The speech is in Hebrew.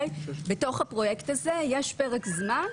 בתוך הפרויקט הזה יש פרק זמן,